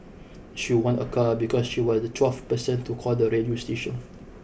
she won a car because she was the twelfth person to call the radio station